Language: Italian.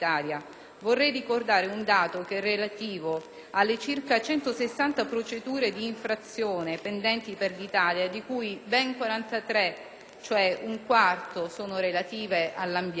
Vorrei ricordare un dato relativo alle circa 160 procedure di infrazione pendenti per l'Italia, di cui ben 43 - cioè un quarto - sono relative all'ambiente